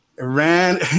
Iran